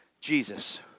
Jesus